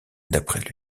d’après